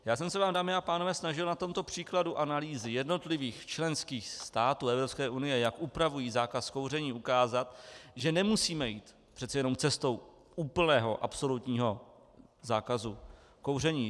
Já jsem se vám, dámy a pánové, snažil na tomto příkladu analýzy jednotlivých členských států Evropské unie, jak upravují zákaz kouření, ukázat, že nemusíme jít cestou úplného, absolutního zákazu kouření.